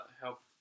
help